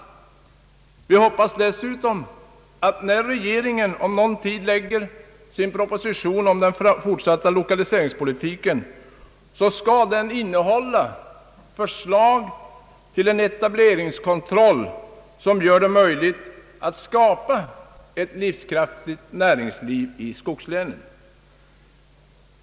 Vi hoppas dessutom att propositionen om den fortsatta lokaliseringspolitiken, som regeringen om någon tid kommer att lägga fram, skall innehålla ett förslag till en etableringskontroll, som gör det möjligt att skapa ett livskraftigt näringsliv i skogslänen.